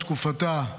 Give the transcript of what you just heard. בתקופתה,